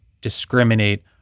discriminate